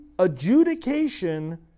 adjudication